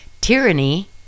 tyranny